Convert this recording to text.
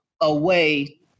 away